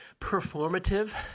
performative